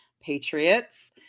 patriots